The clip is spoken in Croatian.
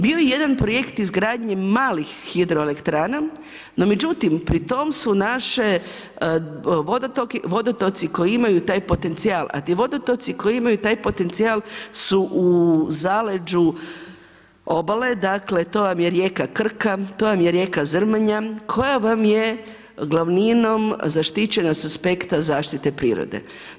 Bio je jedan projekt izgradnje malih hidroelektrana, no međutim, pri tom su naši vodotoci, koji imaju taj potencijal, a ti vodotoci koji imaju taj potencijal su u zaleđu obale, dakle, to vam je rijeka Krka, to vam je rijeka Zrmanja, koja vam je glavninom zaštićena s aspekta zaštite prirode.